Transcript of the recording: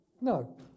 No